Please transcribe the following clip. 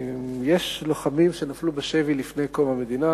יש לוחמים שנפלו בשבי לפני קום המדינה,